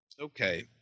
Okay